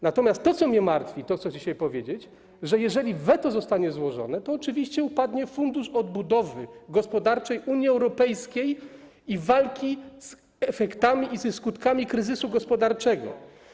Natomiast to, co mnie martwi, co dziś chcę powiedzieć, to jest to, że jeżeli weto zostanie złożone, to oczywiście upadnie fundusz odbudowy gospodarczej Unii Europejskiej i walki z efektami i ze skutkami kryzysu gospodarczego.